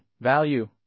value